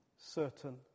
certain